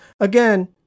Again